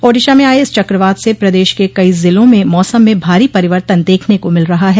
ओडिशा में आये इस चक्रवात से प्रदेश के कई ज़िलों में मौसम में भारी परिवर्तन देखने को मिल रहा है